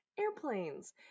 airplanes